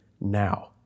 now